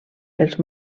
els